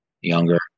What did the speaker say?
younger